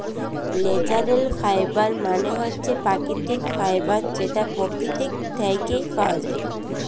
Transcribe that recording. ল্যাচারেল ফাইবার মালে হছে পাকিতিক ফাইবার যেট পকিতি থ্যাইকে পাউয়া যায়